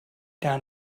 down